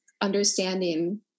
understanding